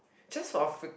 just for a